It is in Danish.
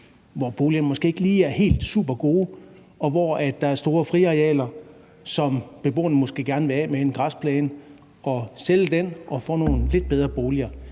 hvor boligerne måske ikke er helt supergode, og hvor der er store friarealer, som beboerne måske gerne vil af med – f.eks. sælge en græsplæne – for at få nogle lidt bedre boliger.